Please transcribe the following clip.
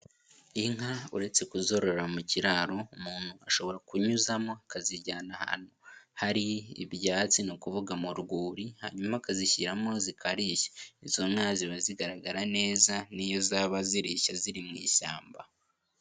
Inka uretse kuzorora mu kiraro umuntu ashobora kunyuzamo akazijyana ahantu hari ibyatsi ni ukuvuga mu rwuri hanyuma akazizishyiramo zikarishya izo nka ziba zigaragara neza niyo zaba zirisha ziri mu ishyamba.